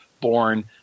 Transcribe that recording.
born